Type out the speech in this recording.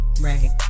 Right